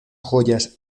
joyas